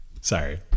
Sorry